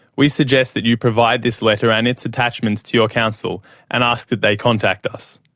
we suggest that you provide this letter and its attachments to your counsel and ask that they contact us.